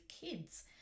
kids